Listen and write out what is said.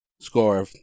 Score